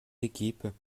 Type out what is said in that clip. équipes